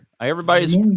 Everybody's